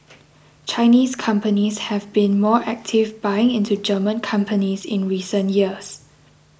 Chinese companies have been more active buying into German companies in recent years